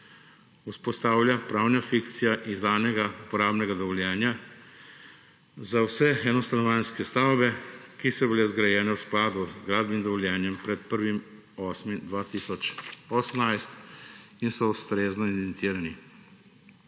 Vzpostavlja pravna fikcija izdanega uporabnega dovoljenja za vse enostanovanjske stavbe, ki so bile zgrajene v skladu z gradbenim dovoljenjem pred 1. 8. 2018 in so ustrezno evidentirani.